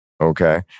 okay